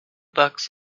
bucks